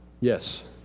Yes